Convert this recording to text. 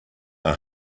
are